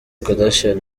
kardashian